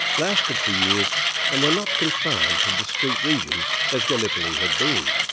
lasted for years and were not confined to discrete regions as gallipoli had been.